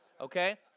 Okay